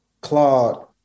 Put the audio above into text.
Claude